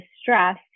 stress